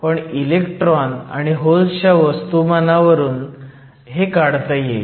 पण इलेक्ट्रॉन आणि होल्सच्या वस्तुमानावरून हे काढता येईल